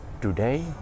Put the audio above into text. today